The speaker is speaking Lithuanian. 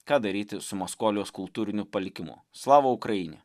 ką daryti su maskolijos kultūriniu palikimu slava ukraine